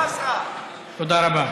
תודה רבה.